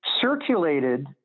circulated